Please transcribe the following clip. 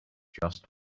just